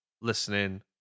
listening